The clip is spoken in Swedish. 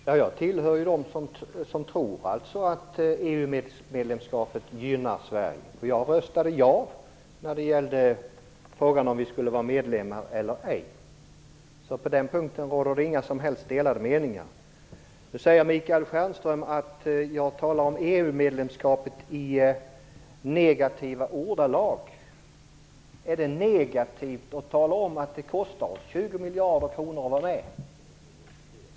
Herr talman! Jag tillhör dem som tror att EU medlemskapet gynnar Sverige. Jag röstade ja till ett medlemskap. På den punkten råder det inga delade meningar. Michael Stjernström säger att jag talar om EU medlemskapet i negativa ordalag. Är det negativt att tala om att det kostar oss 20 miljarder kronor att vara med?